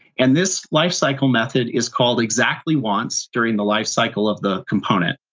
and this life cycle method is called exactly once during the life cycle of the component.